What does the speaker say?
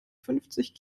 fünfzig